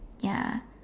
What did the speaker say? ya